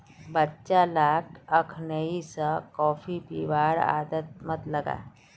बच्चा लाक अखनइ स कॉफी पीबार आदत मत लगा